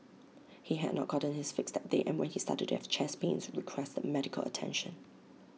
he had not gotten his fix that day and when he started to have chest pains requested medical attention